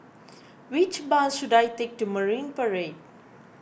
which bus should I take to Marine Parade